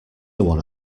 one